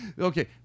Okay